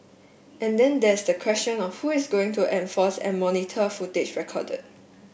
and then there's the question of who is going to enforce and monitor footage recorded